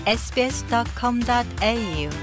sbs.com.au